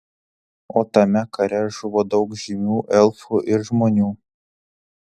o tame kare žuvo daug žymių elfų ir žmonių